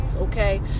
okay